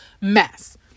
mess